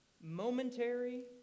momentary